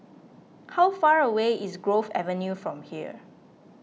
how far away is Grove Avenue from here